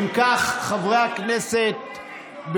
אם כך, חברי הכנסת,